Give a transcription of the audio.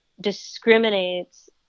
discriminates